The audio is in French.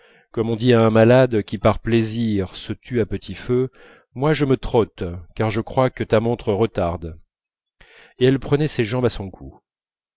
comme on dit à un malade qui par plaisir se tue à petit feu moi je me trotte car je crois que ma montre retarde et elle prenait ses jambes à son cou